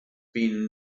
been